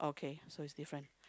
okay so it's different